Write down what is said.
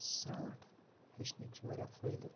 ژھرٛانٛٹھ ہیٚچھنٕکۍ چھِ واریاہ فٲیدٕ